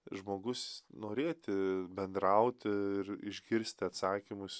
žmogus norėti bendrauti ir išgirsti atsakymus